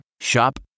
Shop